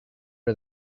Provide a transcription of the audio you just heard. are